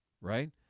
right